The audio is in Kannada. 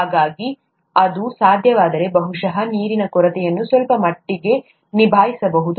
ಹಾಗಾಗಿ ಅದು ಸಾಧ್ಯವಾದರೆ ಬಹುಶಃ ನೀರಿನ ಕೊರತೆಯನ್ನು ಸ್ವಲ್ಪ ಮಟ್ಟಿಗೆ ನಿಭಾಯಿಸಬಹುದು